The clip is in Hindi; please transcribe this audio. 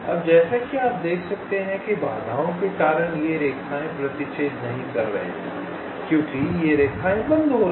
अब जैसा कि आप देख सकते हैं कि बाधाओं के कारण ये रेखाएं प्रतिच्छेद नहीं कर रही हैं क्योंकि ये रेखाएँ बंद हो रही हैं